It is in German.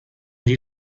die